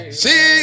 see